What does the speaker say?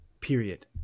period